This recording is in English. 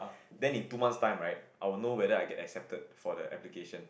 then in two months time right I will know if I get accepted for the application